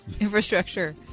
infrastructure